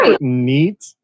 neat